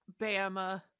bama